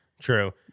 True